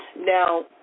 Now